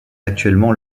actuellement